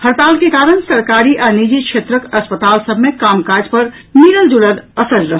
हड़ताल के कारण सरकारी आ निजी क्षेत्र के अस्पताल सभ मे काम काज पर मिलल जुलल असरि रहल